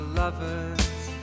lovers